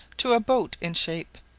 to a boat in shape,